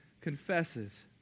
confesses